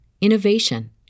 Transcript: innovation